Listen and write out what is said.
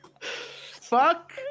Fuck